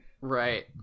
right